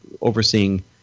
overseeing